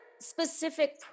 specific